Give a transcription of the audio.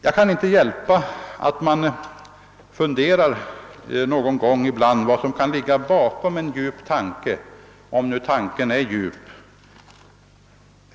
Jag kan inte hjälpa att jag ibland funderar över vad som kan ligga bakom en djup tanke — om nu tanken är djup.